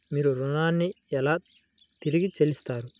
మీరు ఋణాన్ని ఎలా తిరిగి చెల్లిస్తారు?